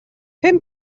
pum